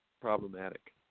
problematic